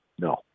no